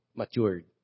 matured